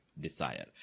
desire